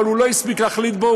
אבל הוא לא הספיק להחליט בו,